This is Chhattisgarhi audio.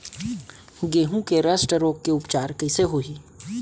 गेहूँ के रस्ट रोग के उपचार कइसे होही?